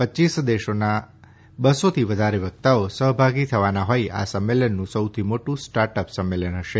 પચ્ચીસ દેશોનાં બસોથી વધારે વક્તાઓ સહભાગી થવાનાં હોઈ આ સંમેલનનું સૌથી મોટું સ્ટાર્ટઅપ સંમેલન હશે